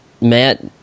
Matt